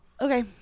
Okay